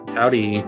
Howdy